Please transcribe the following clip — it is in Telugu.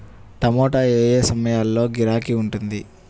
టమాటా ఏ ఏ సమయంలో గిరాకీ ఉంటుంది?